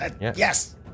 Yes